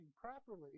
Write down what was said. properly